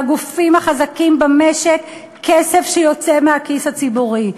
מהגופים החזקים במשק, כסף שיוצא מהכיס הציבורי.